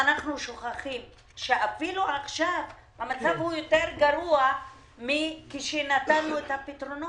אנחנו שוכחים שעכשיו המצב יותר גרוע מהמצב כשנתנו את הפתרונות.